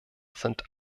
sind